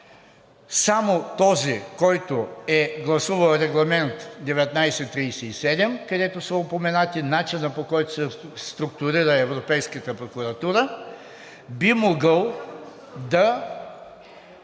само този, който е гласувал Регламент № 1937, където са упоменати начинът, по който се структурира Европейската прокуратура, би могъл да